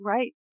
Right